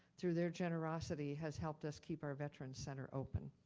through their generosity has helped us keep our veteran center open.